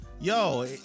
Yo